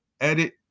edit